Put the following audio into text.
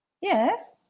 Yes